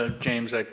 ah james, like